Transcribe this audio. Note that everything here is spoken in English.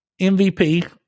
MVP